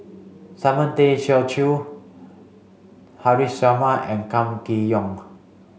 Simon Tay Seong Chee Haresh Sharma and Kam Kee Yong